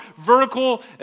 vertical